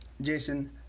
Jason